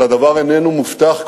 אבל הדבר איננו מובטח,